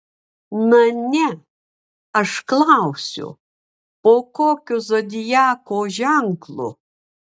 na ne aš klausiu po kokiu zodiako ženklu